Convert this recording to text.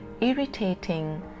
irritating